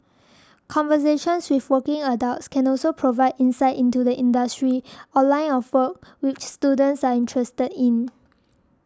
conversations with working adults can also provide insight into the industry or line of work which students are interested in